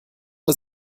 der